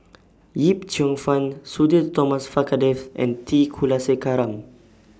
Yip Cheong Fun Sudhir Thomas Vadaketh and T Kulasekaram